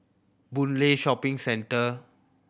Boon Lay Shopping Centre